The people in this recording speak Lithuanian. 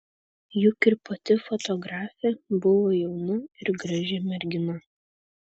juk ir pati fotografė buvo jauna ir graži mergina